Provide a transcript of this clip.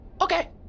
Okay